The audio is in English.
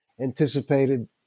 anticipated